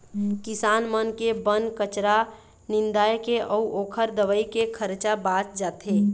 किसान मन के बन कचरा निंदाए के अउ ओखर दवई के खरचा बाच जाथे